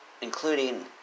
including